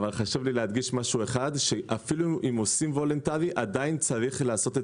אבל חשוב לי להדגיש שאפילו אם עושים וולונטרי עדיין צריך לעשות את